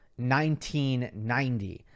1990